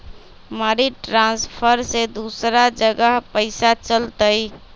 Money transfer से दूसरा जगह पईसा चलतई?